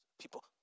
people